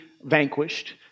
vanquished